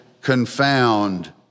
confound